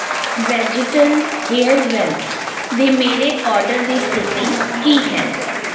vegetal ਹੇਅਰਵੈੱਲ ਦੇ ਮੇਰੇ ਆਰਡਰ ਦੀ ਸਥਿਤੀ ਕੀ ਹੈ